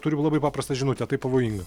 turiu labai paprastą žinutę tai pavojinga